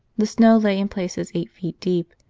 the snow lay in places eight feet deep,